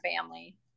family